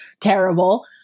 terrible